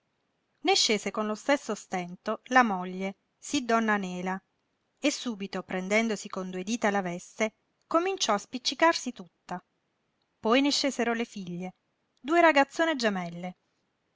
ne scese con lo stesso stento la moglie si-donna nela e subito prendendosi con due dita la veste cominciò a spiccicarsi tutta poi ne scesero le figlie due ragazzone gemelle